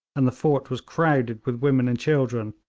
and the fort was crowded with women and children,